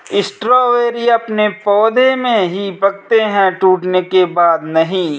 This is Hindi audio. स्ट्रॉबेरी अपने पौधे में ही पकते है टूटने के बाद नहीं